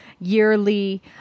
yearly